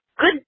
good